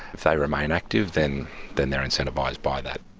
if they remain active then then they're incentivised by that.